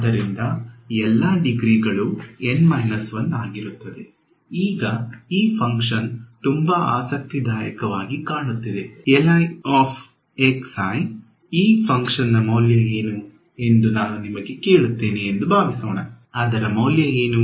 ಆದ್ದರಿಂದ ಎಲ್ಲಾ ಡಿಗ್ರಿಗಳು N 1 ಆಗಿರುತ್ತದೆ ಈಗ ಈ ಫಂಕ್ಷನ್ ತುಂಬಾ ಆಸಕ್ತಿದಾಯಕವಾಗಿ ಕಾಣುತ್ತಿದೆ ಈ ಫಂಕ್ಷನ್ ನ ಮೌಲ್ಯ ಏನು ಎಂದು ನಾನು ನಿಮಗೆ ಕೇಳುತ್ತೇನೆ ಎಂದು ಭಾವಿಸೋಣ ಅದರ ಮೌಲ್ಯ ಏನು